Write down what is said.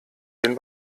den